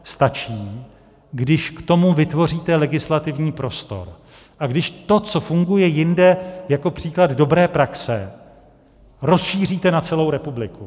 Stačí, když k tomu vytvoříte legislativní prostor a když to, co funguje jinde jako příklad dobré praxe, rozšíříte na celou republiku.